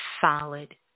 solid